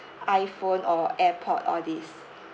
iPhone or AirPod all this